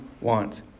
want